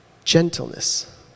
gentleness